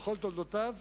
בכל תולדותיו,